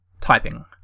typing